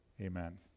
Amen